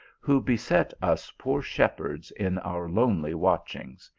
who beset us poor shepherds in our lonely watchings,